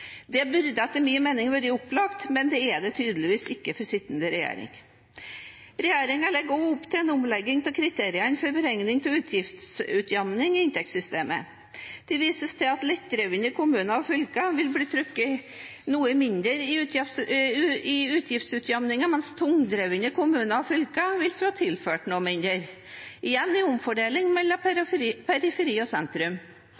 Det burde etter min mening være opplagt, men er det tydeligvis ikke for den sittende regjeringen. Regjeringen legger også opp til en omlegging av kriteriene for beregning av utgiftsutjevningen i inntektssystemet. Det vises til at lettdrevne kommuner og fylker vil bli trukket noe mindre i utgiftsutjevningen, mens tungdrevne kommuner og fylker vil bli tilført noe mindre – igjen en omfordeling mellom